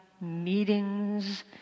meetings